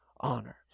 honor